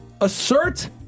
assert